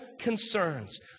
concerns